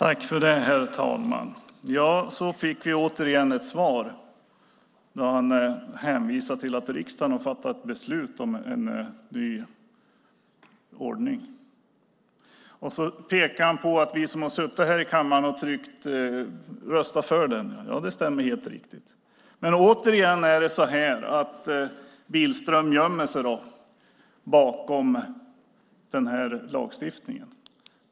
Herr talman! Så fick vi återigen ett svar där ministern hänvisar till att riksdagen fattat beslut om en ny ordning. Han pekar också på oss som här i kammaren röstat för den. Ja, det stämmer; det är helt riktigt. Men återigen: Billström gömmer sig bakom den här lagstiftningen.